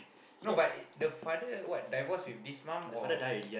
no but eh the father what divorce with this mom or